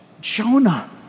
Jonah